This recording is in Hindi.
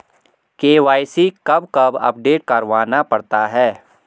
के.वाई.सी कब कब अपडेट करवाना पड़ता है?